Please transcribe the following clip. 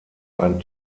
ein